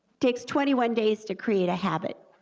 takes twenty one days to create a habit,